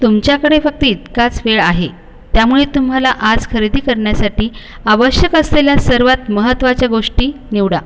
तुमच्याकडे फक्त इतकाच वेळ आहे त्यामुळे तुम्हाला आज खरेदी करण्यासाठी आवश्यक असलेल्या सर्वात महत्त्वाच्या गोष्टी निवडा